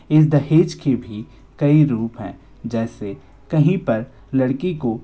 इस दहेज के भी कई रुप हैं जैसे कहीं पर लड़की को